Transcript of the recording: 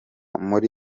muri